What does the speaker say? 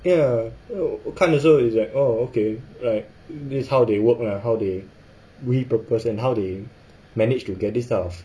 ya 我看的时候 is like orh okay like this is how they work lah how they repurpose and how they manage to get this type of